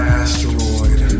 asteroid